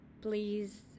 please